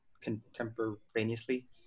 contemporaneously